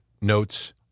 notes